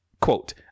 Quote